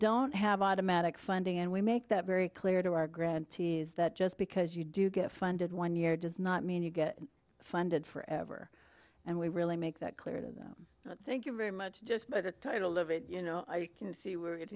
don't have automatic funding and we make that very clear to our grantees that just because you do get funded one year does not mean you get funded forever and we really make that clear to them thank you very much just but the title of it you know i can see we're